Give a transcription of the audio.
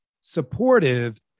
supportive